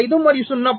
5 మరియు 0